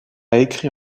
écrit